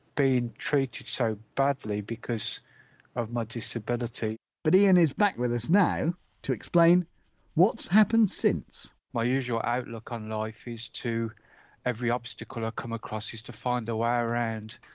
being treated so badly because of my disability but ian is back with us now to explain what's happened since my usual outlook on life is to every obstacle i come across is to find a way around.